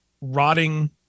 rotting